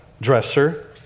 dresser